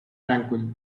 tranquil